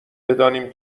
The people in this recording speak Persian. بدانیم